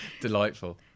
delightful